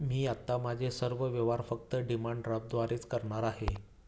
मी आता माझे सर्व व्यवहार फक्त डिमांड ड्राफ्टद्वारेच करणार आहे